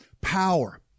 power